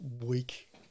week